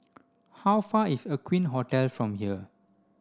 how far is Aqueen Hotel from here